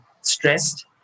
stressed